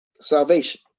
salvation